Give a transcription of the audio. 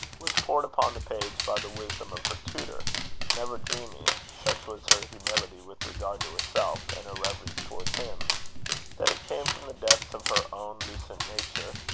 was poured upon the page by the wisdom of her tutor never dreaming such was her humility with regard to herself, and her reverence towards him that it came from the depths of her own lucent nature,